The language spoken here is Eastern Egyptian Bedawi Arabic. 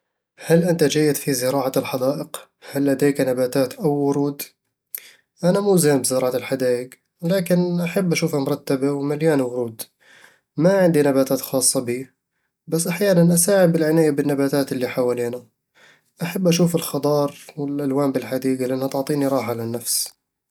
هل أنت جيد في زراعة الحدائق؟ هل لديك نباتات أو ورود؟ أنا مو زين بزراعة الحدايق، لكني أحب أشوفها مرتبة ومليانة ورود ما عندي نباتات خاصة بي، بس أحيانًا أساعد بالعناية بالنباتات اللي حوالينا أحب أشوف الخضار والألوان بالحديقة لأنها تعطيني راحة للنفس